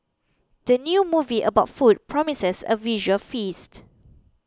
the new movie about food promises a visual feast